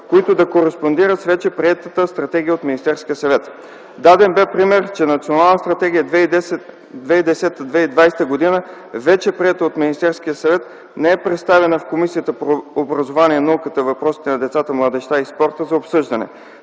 които да кореспондират с приета вече стратегия от Министерския съвет. Даден бе пример, че Националната стратегия 2010-2020 г., вече приета от Министерския съвет, не е представена в Комисията по образованието, науката и въпросите на децата, младежта и спорта за обсъждане.